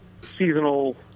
seasonal